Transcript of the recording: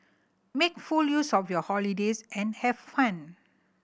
make full use of your holidays and have fun